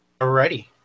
Alrighty